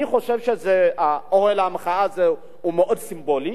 אני חושב שאוהל המחאה הזה הוא מאוד סימבולי,